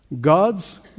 God's